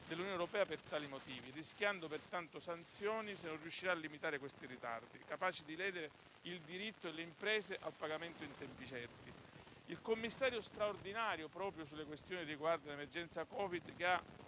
dell'Unione europea per tali motivi, rischiando pertanto sanzioni se non riuscirà a limitare questi ritardi, capaci di ledere il diritto delle imprese al pagamento in tempi certi; il commissario straordinario per l'emergenza COVID, che ha